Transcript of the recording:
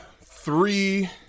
Three